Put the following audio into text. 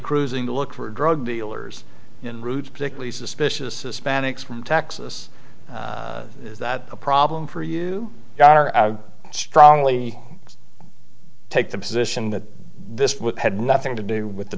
cruising to look for drug dealers in routes particularly suspicious hispanics from texas is that a problem for you guys are strongly take the position that this had nothing to do with the